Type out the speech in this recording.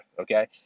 Okay